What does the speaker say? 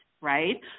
right